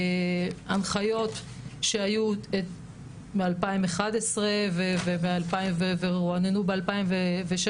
הנחיות שהיו מ-2011 ורועננו ב-2016: